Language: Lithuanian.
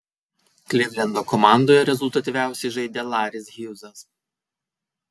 klivlendo komandoje rezultatyviausiai žaidė laris hjūzas